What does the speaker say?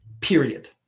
Period